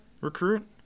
recruit